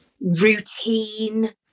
routine